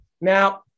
Now